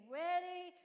ready